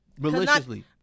maliciously